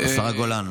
נוספת.